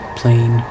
plain